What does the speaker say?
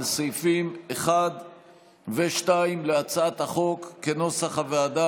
סעיפים 1 ו-2 להצעת החוק כנוסח הוועדה,